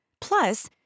Plus